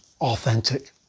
Authentic